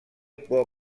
può